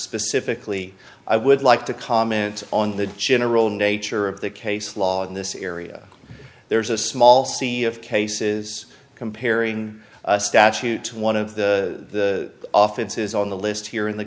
specifically i would like to comment on the general nature of the case law in this area there is a small sea of cases comparing statute to one of the offices on the list here in the